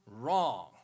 wrong